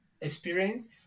experience